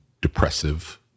depressive